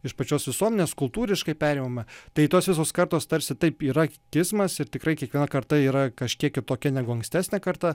iš pačios visuomenės kultūriškai perimame tai tos visos kartos tarsi taip yra kismas ir tikrai kiekviena karta yra kažkiek kitokia negu ankstesnė karta